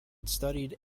studied